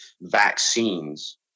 vaccines